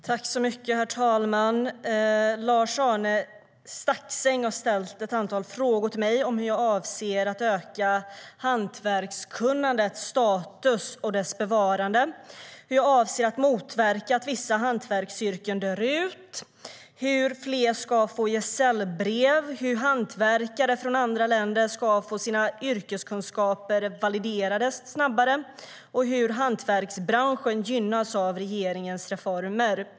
Herr talman! Lars-Arne Staxäng har ställt ett antal frågor till mig om hur jag avser att öka hantverkskunnandets status och verka för dess bevarande, hur jag avser att motverka att vissa hantverksyrken dör ut, hur fler ska få gesällbrev, hur hantverkare från andra länder ska få sina yrkeskunskaper validerade snabbare och hur hantverksbranschen gynnas av regeringens reformer.